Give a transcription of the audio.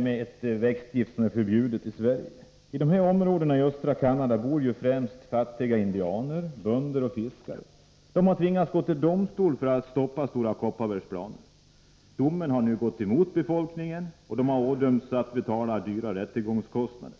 med ett växtgift som är förbjudet i Sverige. I de här områdena i östra Canada bor främst fattiga indianer, bönder och fiskare. De har tvingats gå till domstol för att stoppa Stora Kopparbergs planer. Men domen som nu kommit går emot befolkningen, och dessa människor har ådömts att betala dyra rättegångskostnader.